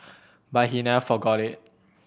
but he never forgot it